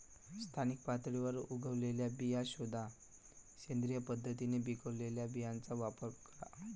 स्थानिक पातळीवर उगवलेल्या बिया शोधा, सेंद्रिय पद्धतीने पिकवलेल्या बियांचा वापर करा